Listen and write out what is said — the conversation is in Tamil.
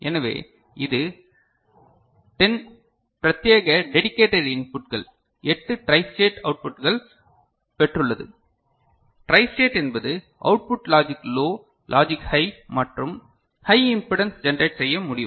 எனவே இது 10 பிரத்யேக டெடிகேடட் இன்புட்கள் 8 ட்ரை ஸ்டேட் அவுட்புட்கள் பெற்றுள்ளது ட்ரை ஸ்டேட் என்பது output logic low logic high மற்றும் ஹை இம்பிடன்ஸ் ஜெனரேட் செய்ய முடியும்